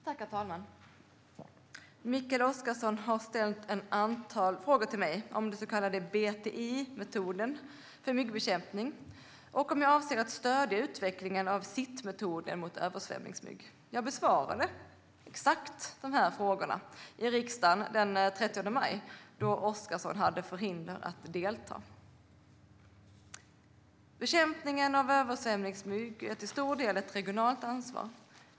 Herr talman! Mikael Oscarsson har ställt ett antal frågor till mig om den så kallade BTI-metoden för myggbekämpning och om jag avser att stödja utvecklingen av SIT-metoden mot översvämningsmygg. Jag besvarade exakt de här frågorna i riksdagen den 30 maj, då Oscarsson hade förhinder att delta. Bekämpning av översvämningsmygg är till stor del ett regionalt ansvar.